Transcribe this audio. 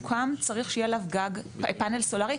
צריך שעל כל מבנה שמוקם יהיה פאנל סולרי,